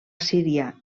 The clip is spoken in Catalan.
síria